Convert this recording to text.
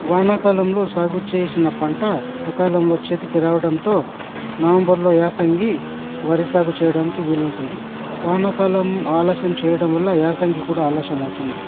వానాకాలంలో సాగు చేసిన పంట సకాలంలో చేతికి రావడంతో నవంబరులో యాసంగి వరి సాగు చేయడానికి వీలు ఉంటుంది వానాకాలం ఆలస్యం చేయడం వల్ల యాసంగి కూడా ఆలస్యమవుతున్నది